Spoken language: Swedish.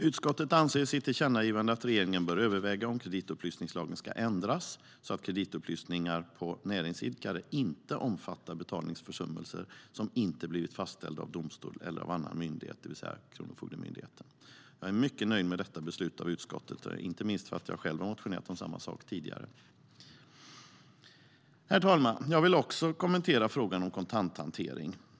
Utskottet anser i sitt tillkännagivande att regeringen bör överväga om kreditupplysningslagen ska ändras så att kreditupplysningar på näringsidkare inte omfattar betalningsförsummelser som inte blivit fastställda av en domstol eller en annan myndighet, det vill säga Kronofogdemyndigheten. Jag är mycket nöjd med detta beslut av utskottet, inte minst eftersom jag själv motionerat om samma sak tidigare. Herr talman! Jag vill också kommentera frågan om kontanthantering.